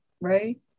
right